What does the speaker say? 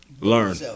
learn